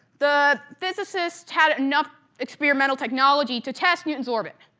the physicists had enough experimental technology to test newton's orbit.